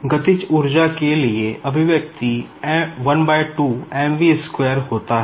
गतिज ऊर्जा के लिए एक्सप्रेशन होता है